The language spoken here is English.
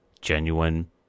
genuine